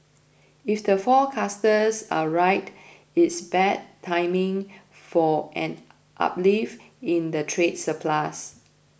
if the forecasters are right it's bad timing for an uplift in the trade surplus